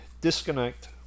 disconnect